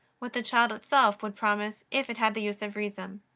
what the child itself would promise if it had the use of reason.